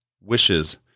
wishes